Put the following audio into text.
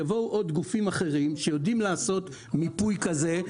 יבואו עוד גופים אחרים שיודעים לעשות מיפוי כזה,